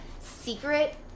secret